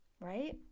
right